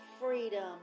freedom